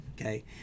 okay